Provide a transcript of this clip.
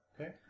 Okay